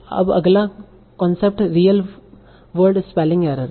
अब अगला concept real word spelling error है